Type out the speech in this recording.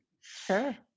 Sure